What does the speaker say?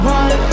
one